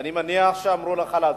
ואני מניח שאמרו לך להציג.